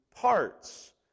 parts